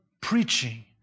preaching